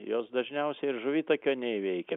jos dažniausiai ir žuvitakio neįveikia